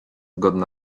godna